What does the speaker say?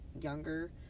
younger